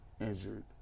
injured